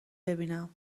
ببینم